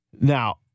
Now